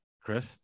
chris